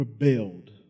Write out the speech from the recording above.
rebelled